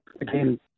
again